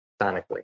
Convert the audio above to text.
sonically